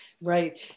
right